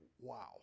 Wow